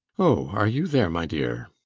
oh, are you there, my dear?